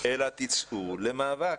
אלא תצאו למאבק.